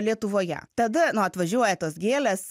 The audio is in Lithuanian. lietuvoje tada nu atvažiuoja tos gėlės